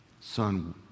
Son